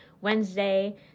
Wednesday